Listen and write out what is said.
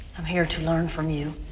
i'm here to learn from you.